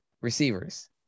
receivers